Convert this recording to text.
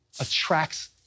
attracts